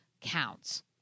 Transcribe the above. counts